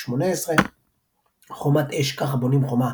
2018 חומת אש ככה בונים חומה,